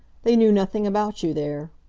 they knew nothing about you there.